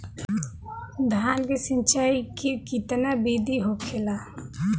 धान की सिंचाई की कितना बिदी होखेला?